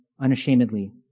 unashamedly